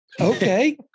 Okay